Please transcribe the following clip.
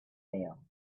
fell